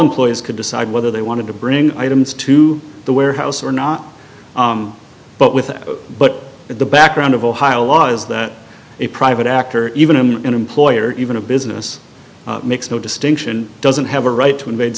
employees could decide whether they wanted to bring items to the warehouse or not but with but the background of ohio law is that a private actor even in an employer even a business makes no distinction doesn't have a right to invade